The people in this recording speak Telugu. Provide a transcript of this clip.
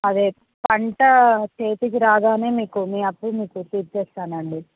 అదే పంట చేతికి రాగానే మీకు మీ అప్పు మీకు తీర్చేస్తానండి